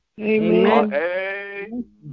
Amen